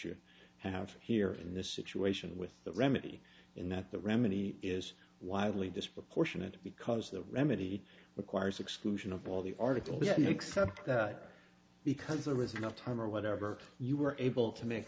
you have here in this situation with the remedy in that the remedy is wildly disproportionate because the remedy requires exclusion of all the article that you accept because there was no time or whatever you were able to make